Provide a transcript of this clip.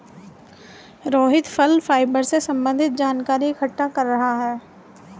रोहित फल फाइबर से संबन्धित जानकारी इकट्ठा कर रहा है